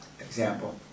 example